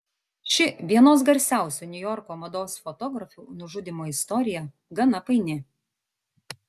ši vienos garsiausių niujorko mados fotografių nužudymo istorija gana paini